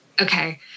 Okay